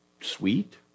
sweet